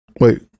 Wait